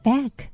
Back